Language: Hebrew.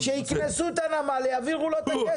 שיקנסו את הנמל ויעבירו לו את הכסף.